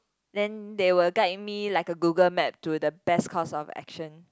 then they will guide me like a Google Map to the best course of action